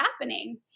happening